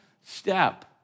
step